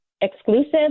exclusive